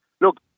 look